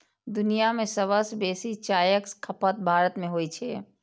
दुनिया मे सबसं बेसी चायक खपत भारत मे होइ छै